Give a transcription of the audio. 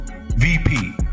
VP